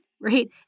right